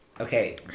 Okay